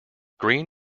green